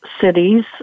cities